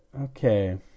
Okay